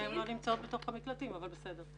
הן לא נמצאות בתוך המקלטים, אבל בסדר.